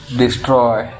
destroy